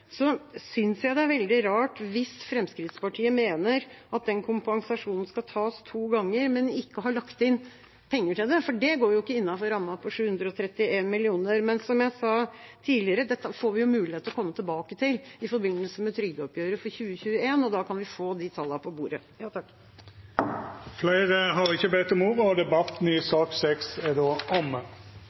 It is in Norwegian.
jeg det er veldig rart hvis Fremskrittspartiet mener at den kompensasjonen skal tas to ganger, men ikke har lagt inn penger til det. For det går jo ikke innenfor rammen på 731 mill. kr. Men som jeg sa tidligere, får vi jo mulighet til å komme tilbake til det i forbindelse med trygdeoppgjøret for 2021. Da kan vi få de tallene på bordet. Fleire har ikkje bedt om ordet til sak nr. 6. Etter ynske frå komiteen vil presidenten ordna debatten